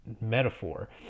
metaphor